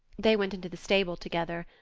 they went into the stable together.